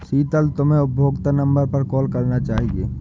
शीतल, तुम्हे उपभोक्ता नंबर पर कॉल करना चाहिए